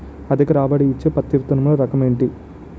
అధిక రాబడి ఇచ్చే పత్తి విత్తనములు రకం ఏంటి?